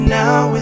now